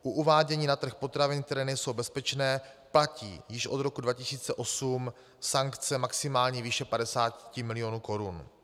U uvádění na trh potravin, které nejsou bezpečné, platí již od roku 2008 sankce maximální výše 50 milionů korun.